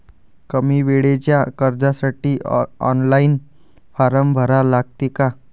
कमी वेळेच्या कर्जासाठी ऑनलाईन फारम भरा लागते का?